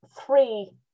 three